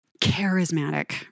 charismatic